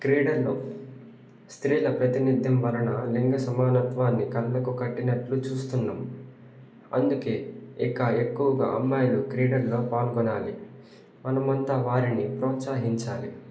క్రీడల్లో స్త్రీల ప్రాతినిధ్యం వలన లింగ సమానత్వాన్ని కళ్ళకు కట్టినట్లు చూస్తున్నాం అందుకని ఇక ఎక్కువగా అమ్మాయిలు క్రీడల్లో పాల్గొనాలి మనం అంతా వారిని ప్రోత్సహించాలి